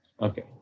Okay